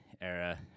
era